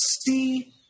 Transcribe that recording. see